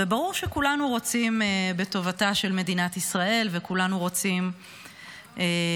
וברור שכולנו רוצים בטובתה של מדינת ישראל וכולנו רוצים שבעולם